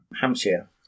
Hampshire